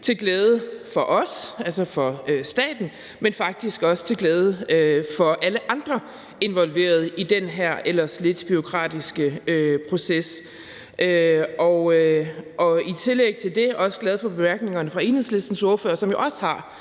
til glæde for os, altså for staten, men faktisk også til glæde for alle andre involverede i den her ellers lidt bureaukratiske proces. I tillæg til det er jeg også glad for bemærkningerne fra Enhedslistens ordfører, som jo også har